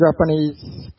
Japanese